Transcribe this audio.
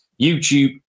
YouTube